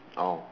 oh